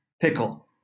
pickle